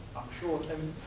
sure and